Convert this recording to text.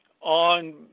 on